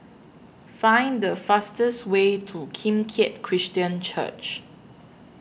Find The fastest Way to Kim Keat Christian Church